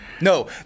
no